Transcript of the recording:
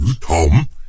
Tom